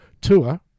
tour